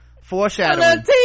foreshadowing